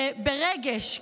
ברגש,